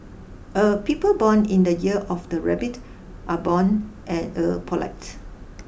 er people born in the year of the Rabbit are born and er polite